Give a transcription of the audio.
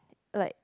like